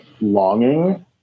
longing